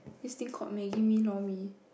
this thing called maggi mee lor-mee